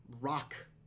rock